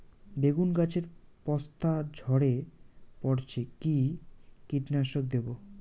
বেগুন গাছের পস্তা ঝরে পড়ছে কি কীটনাশক দেব?